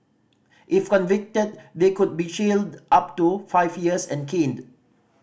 if convicted they could be jailed up to five years and caned